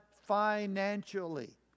financially